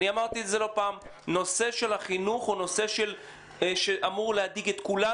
אמרתי את זה לא פעם: נושא החינוך אמור להדאיג אותנו,